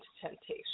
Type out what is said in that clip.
temptation